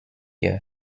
year